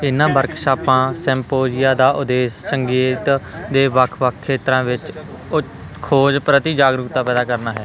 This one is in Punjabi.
ਇਹਨਾਂ ਵਰਕਸ਼ਾਪਾਂ ਸਿਮਪੋਜ਼ੀਆ ਦਾ ਉਦੇਸ਼ ਸੰਗੀਤ ਦੇ ਵੱਖ ਵੱਖ ਖੇਤਰਾਂ ਵਿੱਚ ਖੋਜ ਪ੍ਰਤੀ ਜਾਗਰੂਕਤਾ ਪੈਦਾ ਕਰਨਾ ਹੈ